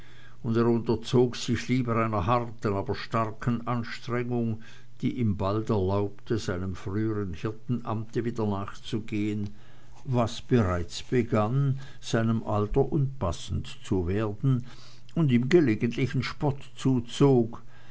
unterzog sich lieber einer harten aber kurzen anstrengung die ihm bald erlaubte seinem frühern hirtenamte wieder nachzugehen was bereits begann seinem alter unpassend zu werden und ihm gelegentlichen spott zuzog